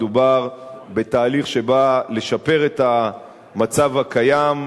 מדובר בתהליך שנועד לשפר את המצב הקיים,